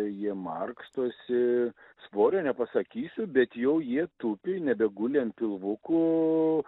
jie markstosi svorio nepasakysiu bet jau jie tupi nebeguli ant pilvukų